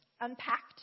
unpacked